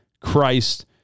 Christ